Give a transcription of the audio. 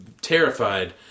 terrified